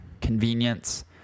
convenience